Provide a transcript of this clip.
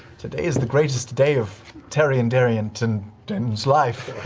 today is the greatest day of taryon darrington's darrington's life.